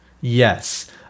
Yes